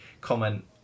comment